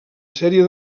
sèrie